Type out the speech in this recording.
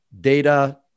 data